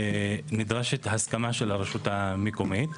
נדרשת הסכמה של הרשות המקומית,